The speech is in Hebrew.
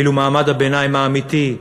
ואילו מעמד הביניים האמיתי,